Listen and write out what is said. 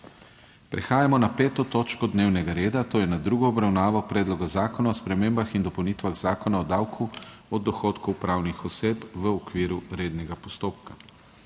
prekinjeno 5. točko dnevnega reda - tretja obravnava Predloga zakona o spremembah in dopolnitvah Zakona o davku od dohodkov pravnih oseb, v okviru rednega postopka.**